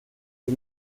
die